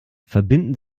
verbinden